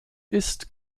ist